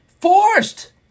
forced